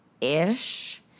ish